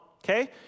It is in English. okay